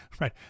right